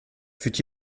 fût